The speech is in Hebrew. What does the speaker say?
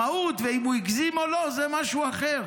שמאות, ואם הוא הגזים או לא, זה משהו אחר.